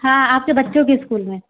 हाँ आपके बच्चों के स्कूल में